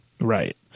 Right